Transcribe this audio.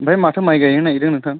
ओमफ्राय माथो माइ गायनो नागिरदों नोंथां